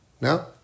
No